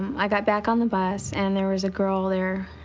i got back on the bus. and there was a girl there,